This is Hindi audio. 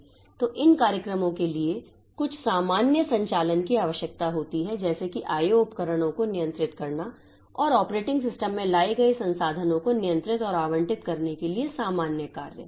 तो इन कार्यक्रमों के लिए कुछ सामान्य संचालन की आवश्यकता होती है जैसे कि I O उपकरणों को नियंत्रित करना और ऑपरेटिंग सिस्टम में लाए गए संसाधनों को नियंत्रित और आवंटित करने के सामान्य कार्य